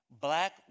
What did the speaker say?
Black